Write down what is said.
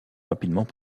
rapidement